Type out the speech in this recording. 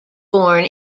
born